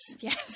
Yes